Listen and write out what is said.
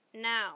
Now